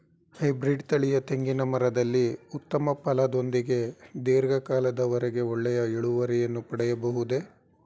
Hybrid ತಳಿಯ ತೆಂಗಿನ ಮರದಲ್ಲಿ ಉತ್ತಮ ಫಲದೊಂದಿಗೆ ಧೀರ್ಘ ಕಾಲದ ವರೆಗೆ ಒಳ್ಳೆಯ ಇಳುವರಿಯನ್ನು ಪಡೆಯಬಹುದೇ?